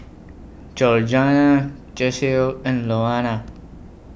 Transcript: Georganna and Louanna